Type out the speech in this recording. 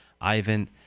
Ivan